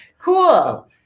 cool